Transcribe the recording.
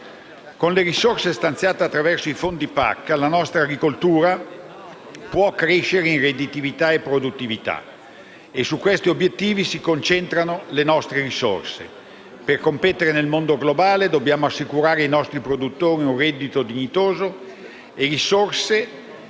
Con le risorse stanziate attraverso i fondi PAC la nostra agricoltura può crescere in redditività e produttività. E su questi obiettivi si concentrano le nostre risorse. Per competere nel mondo globale dobbiamo assicurare ai nostri produttori un reddito dignitoso e risorse,